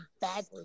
badly